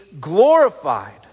glorified